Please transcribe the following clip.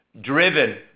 driven